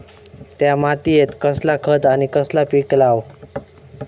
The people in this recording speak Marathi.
त्या मात्येत कसला खत आणि कसला पीक लाव?